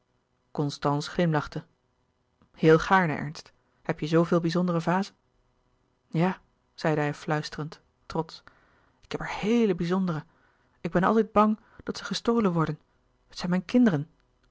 glimlachte heel gaarne ernst heb je zooveel bizondere vazen ja zeide hij fluisterend trotsch ik heb er heele bizondere ik ben altijd bang dat ze gestolen worden het zijn mijn kinderen